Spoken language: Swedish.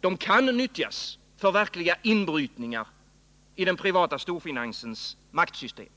De kan nyttjas för verkliga inbrytningar i den privata storfinansens maktsystem.